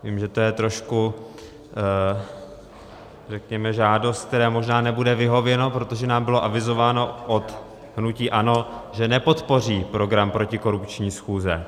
Vím, že to je trošku, řekněme, žádost, které možná nebude vyhověno, protože nám bylo avizováno od hnutí ANO, že nepodpoří program protikorupční schůze.